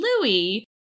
Louis